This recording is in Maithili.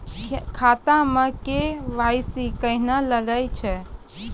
खाता मे के.वाई.सी कहिने लगय छै?